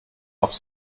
auf